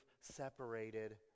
separated